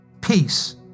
peace